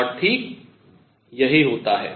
और ठीक यही होता है